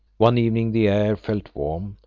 one evening the air felt warm,